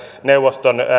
neuvoston